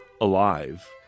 alive